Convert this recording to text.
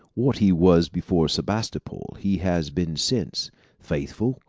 what he was before sebastopol he has been since faithful,